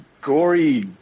gory